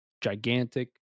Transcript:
gigantic